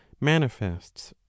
manifests